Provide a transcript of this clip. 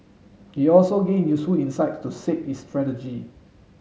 it also gain useful insight to shape its strategy